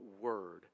word